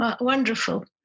Wonderful